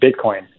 Bitcoin